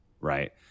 right